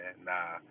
nah